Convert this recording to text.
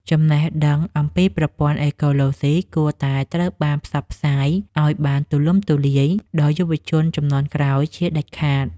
ចំណេះដឹងអំពីប្រព័ន្ធអេកូឡូស៊ីគួរតែត្រូវបានផ្សព្វផ្សាយឱ្យបានទូលំទូលាយដល់យុវជនជំនាន់ក្រោយជាដាច់ខាត។